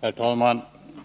Herr talman!